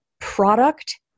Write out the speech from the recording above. product